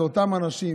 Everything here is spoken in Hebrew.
אלה אותם אנשים.